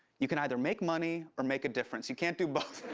you can either make money or make a difference. you can't do both.